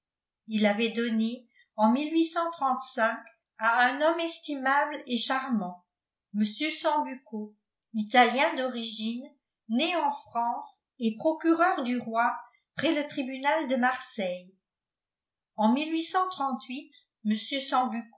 il l'avait donnée en à un homme estimable et charmant mr sambucco italien d'origine né en france et procureur du roi près le tribunal de marseille en